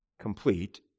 complete